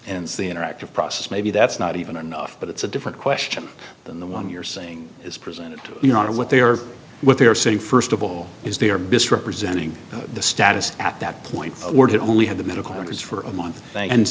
and say interactive process maybe that's not even enough but it's a different question than the one you're saying as presented you know what they are what they're saying first of all is they are misrepresenting the status at that point or did only have the medical records for a month and